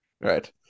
Right